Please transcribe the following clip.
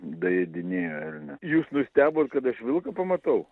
daėdinėjo elnią jūs nustebot kad aš vilką pamatau